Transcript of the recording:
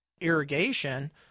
irrigation